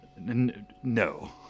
No